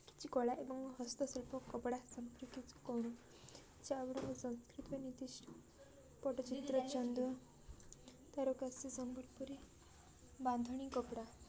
କିଛି କଳା ଏବଂ ହସ୍ତଶିଳ୍ପ କପଡ଼ା ସମ୍ପର୍କରେ କିଛି କହୁ ସଂସ୍କୃତ ନିର୍ଦ୍ଧିଷ୍ଟ ପଟ୍ଟଚିତ୍ର ଚାନ୍ଦୁଆ ତାରକାଶୀ ସମ୍ବଲପୁରୀ ବାନ୍ଧଣୀ କପଡ଼ା